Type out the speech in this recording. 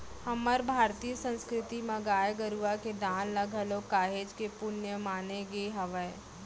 हमर भारतीय संस्कृति म गाय गरुवा के दान ल घलोक काहेच के पुन्य माने गे हावय